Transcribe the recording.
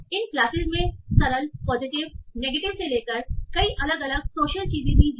और इन क्लासेस में सरल पॉजिटिव नेगेटिव से लेकर कई अलग अलग सोशल चीजें भी हैं